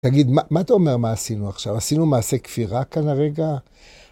תגיד, מה אתה אומר מה עשינו עכשיו? עשינו מעשה כפירה כאן הרגע?